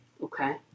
okay